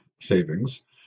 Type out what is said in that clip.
savings